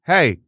Hey